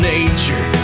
Nature